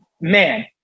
man